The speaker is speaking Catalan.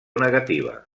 negativa